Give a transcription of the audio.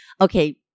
Okay